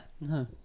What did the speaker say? no